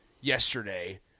yesterday